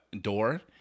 door